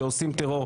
שעושים טרור,